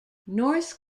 north